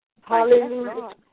Hallelujah